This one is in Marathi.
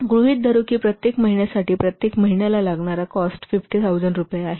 गृहित धरू की प्रत्येक महिन्यासाठी प्रत्येक महिन्याला लागणारा कॉस्ट 50000 रुपये आहे